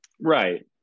Right